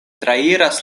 trairas